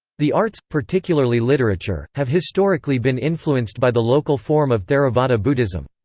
the arts, particularly literature, have historically been influenced by the local form of theravada buddhism.